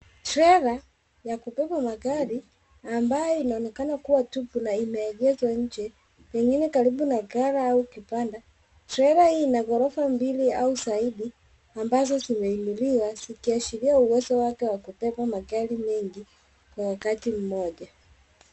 Trela ya kubeba magari, ambayo inaonekana kua tupu na imeegeshwa nje, pengine karibu na ghala au kibanda. Trela hii ina ghorofa mbili au zaidia, ambazo zimeinuliwa zikiashiria uwezo wake wa kubeba magari mengi, kwa wakati mmoja.